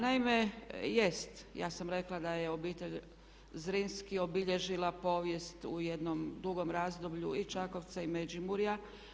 Naime, jest ja sam rekla da je obitelj Zrinski obilježila povijest u jednom dugom razdoblju i Čakovca i Međimurja.